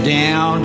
down